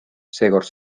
seekord